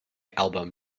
album